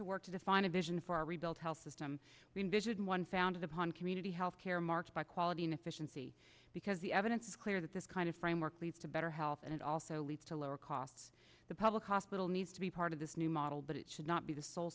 to work to define a vision for a rebuilt health system the invision one founded upon community health care marked by quality and efficiency because the evidence is clear that this kind of framework leads to better health and it also leads to lower costs the public hospital needs to be part of this new model but it should not be the sole